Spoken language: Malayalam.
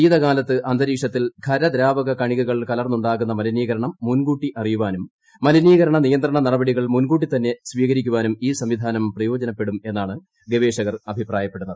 ശീതകാലത്ത് അന്തരീക്ഷത്തിൽ ഖര ദ്രാവക കണികകൾ കലർന്നുണ്ടാകുന്ന മലിനീകരണം മുൻകൂട്ടി അറിയാനും മലിനീകരണ നിയന്ത്രണ നടപടികൾ മുൻകൂട്ടിതന്നെ സ്വീകരിക്കാനും ഈ സംവിധാനും പ്രപ്പിയോജനപ്പെടുമെന്നാണ് ഗവേഷകർ അഭിപ്രായപ്പെടുന്നത്